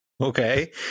Okay